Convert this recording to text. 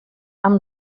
amb